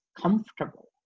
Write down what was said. comfortable